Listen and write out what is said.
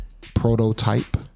prototype